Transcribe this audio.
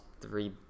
three